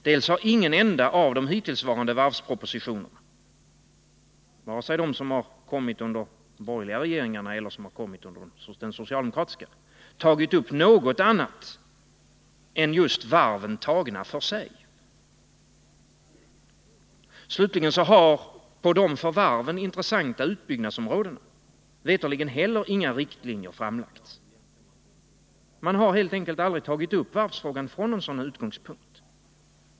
Dels har det i ingen enda av de hittillsvarande varvspropositionerna — varken när det gäller de propositioner som kommit under de borgerliga regeringarna eller de som lagts fram under den socialdemokratiska — tagits upp något annat än just varven tagna för sig. Slutligen har mig veterligen inte heller några riktlinjer lagts fram på de för varven intressanta utbyggnadsområdena. Man har helt enkelt aldrig tagit upp varvsfrågan från en sådan utgångspunkt.